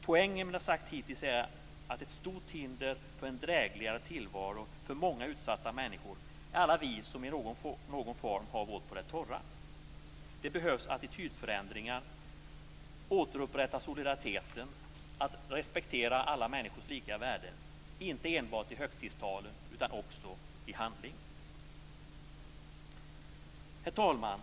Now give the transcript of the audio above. Poängen med det jag har sagt hittills är att ett stort hinder för en drägligare tillvaro för utsatta människor är alla vi som i någon mening har vårt på det torra. Det som behövs är attitydförändringar, att återupprätta solidariteten, att respektera alla människors lika värde - inte enbart i högtidstalen utan också i handling. Herr talman!